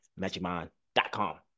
MagicMind.com